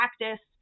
practice